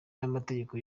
n’amategeko